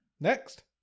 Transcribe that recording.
Next